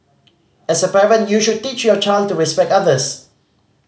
as a parent you should teach your child to respect others